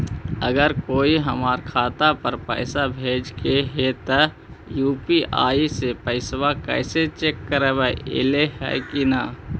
अगर कोइ हमर खाता पर पैसा भेजलके हे त यु.पी.आई से पैसबा कैसे चेक करबइ ऐले हे कि न?